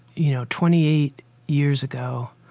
you know, twenty eight years ago,